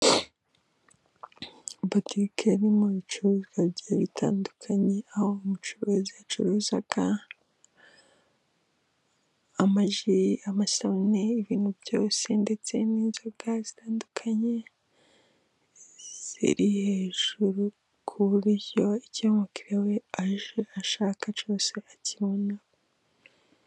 Butike irimo ibicuruzwa bigiye bitandukanye, aho umucuruzi yacuruzaga amaji, amasabune, ibintu byose ndetse n'inzoga zitandukanye, ziri hejuru ku buryo icyo umukiriya we aje ashaka cyose akibona.